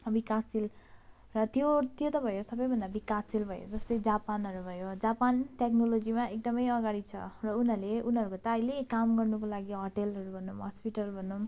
विकासशील र त्यो त्यो त भयो सबैभन्दा विकासशील भयो जस्तै जापानहरू भयो जापान टेक्नोलोजीमा एकदम अगाडि छ र उनीहरूले उनीहरूको ताइले काम गर्नुको लागि होटेलहरू भनौँ हस्पिटल भनौँ